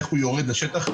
איך הוא יורד לשטח,